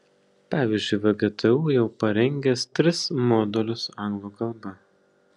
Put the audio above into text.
pavyzdžiui vgtu jau parengęs tris modulius anglų kalba